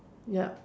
yup